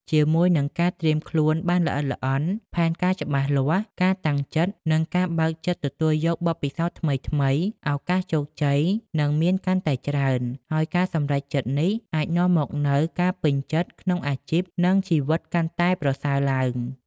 ជាមួយនឹងការត្រៀមខ្លួនបានល្អិតល្អន់ ផែនការច្បាស់លាស់ ការតាំងចិត្ត និងការបើកចិត្តទទួលយកបទពិសោធន៍ថ្មីៗ ឱកាសជោគជ័យនឹងមានកាន់តែច្រើន ហើយការសម្រេចចិត្តនេះអាចនាំមកនូវការពេញចិត្តក្នុងអាជីព និងជីវិតកាន់តែប្រសើរឡើង។